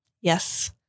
Yes